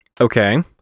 Okay